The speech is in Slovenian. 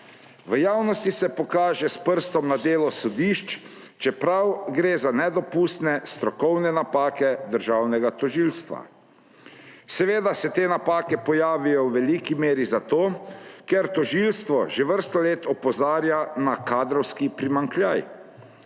V javnosti se pokaže s prstom na delo sodišč, čeprav gre za nedopustne strokovne napake državnega tožilstva. Seveda se te napake pojavijo v veliki meri, tožilstvo že vrsto let opozarja na kadrovski primanjkljaj.